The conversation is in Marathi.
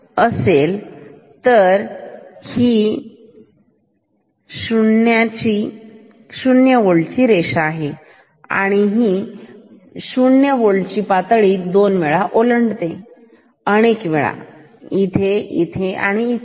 तर ही आहे ही आहे शून्य होल्टची रेषा ही 0 होल्ट ची पातळी दोन वेळा ओलांडते अनेक वेळा इथे इथे आणि इथे